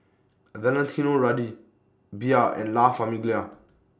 Valentino Rudy Bia and La Famiglia